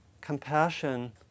compassion